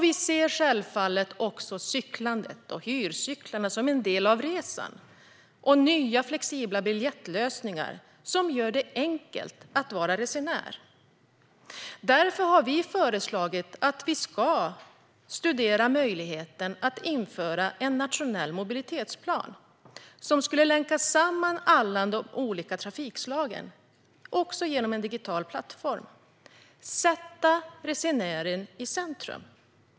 Vi ser självfallet också cyklandet och hyrcyklarna som en del av resan och nya flexibla biljettlösningar som gör det enkelt att vara resenär. Därför har vi föreslagit att man ska studera möjligheten att införa en nationell mobilitetsplan som skulle länka samman alla de olika trafikslagen genom en digital plattform. Man ska sätta resenären i centrum.